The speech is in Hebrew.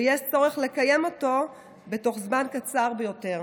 ויש צורך לקיים אותו בתוך זמן קצר ביותר,